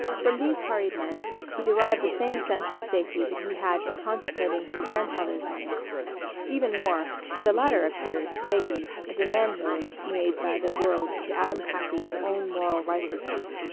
from these hurried men he derived the same sense of safety that he had in contemplating his grandfather's money even more, for the latter appeared, vaguely, a demand loan made by the world to adam patch's own moral righteousness,